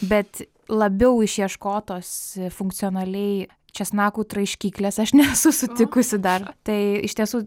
bet labiau išieškotos funkcionaliai česnakų traiškyklės aš nesu sutikusi dar tai iš tiesų